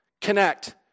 connect